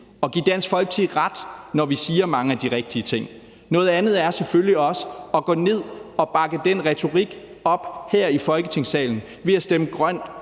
og give Dansk Folkeparti ret, når vi siger mange af de rigtige ting. Noget andet er selvfølgelig også at gå ned at bakke den retorik op her i Folketingssalen ved at stemme grønt